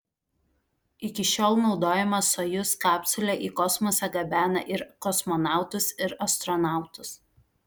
iki šiol naudojama sojuz kapsulė į kosmosą gabena ir kosmonautus ir astronautus